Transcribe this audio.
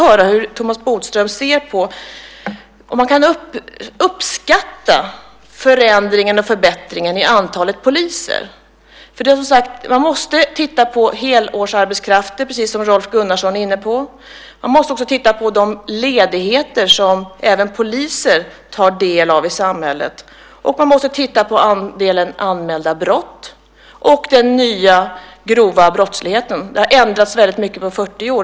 Kan Thomas Bodström uppskatta förändringen och förbättringen i antalet poliser? Man måste titta på antalet helårsarbetskrafter, precis som Rolf Gunnarsson var inne på. Man måste också se på de ledigheter som även poliser tar del av. Man måste också ta hänsyn till antalet anmälda brott och den nya grova brottsligheten. Det är mycket som har ändrats på 40 år.